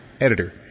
Editor